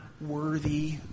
worthy